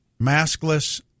maskless